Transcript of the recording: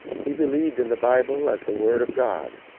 he believed in the bible as the word of god.